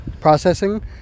processing